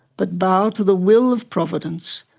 but bow to the will of providence,